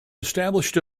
established